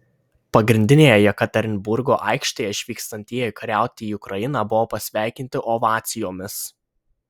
pagrindinėje jekaterinburgo aikštėje išvykstantieji kariauti į ukrainą buvo pasveikinti ovacijomis